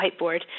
whiteboard